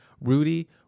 Rudy